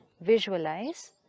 visualize